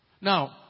Now